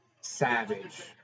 Savage